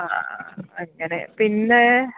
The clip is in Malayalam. ആ അങ്ങനെ പിന്നേ